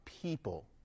people